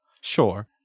Sure